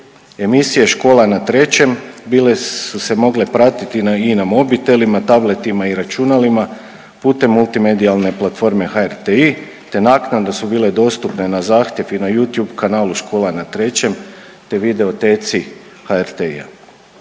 Emisije Škola na Trećem bile su se mogle pratiti i na mobitelima, tabletima i računalima putem multimedijalne platforme HRTi te naknadno su bile dostupne na zahtjev i na Youtube kanalu Škola na Trećem te videoteci HRTi-ja.